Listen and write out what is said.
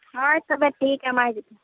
ᱦᱳᱭ ᱛᱚᱵᱮ ᱴᱷᱤᱠ ᱜᱮᱭᱟ ᱢᱟ ᱦᱤᱡᱩᱜᱯᱮ